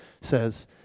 says